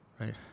Right